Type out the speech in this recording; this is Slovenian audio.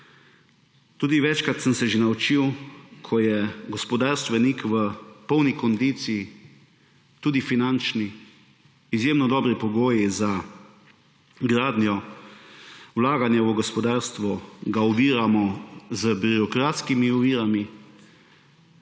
Tudi večkrat sem se že naučil, ko je gospodarstvenik v polni kondiciji, tudi finančni, izjemno dobri pogoji za gradnjo, vlaganje v gospodarstvo, ga oviramo z birokratskimi ovirami,